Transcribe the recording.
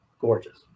gorgeous